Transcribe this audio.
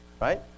right